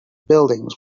buildings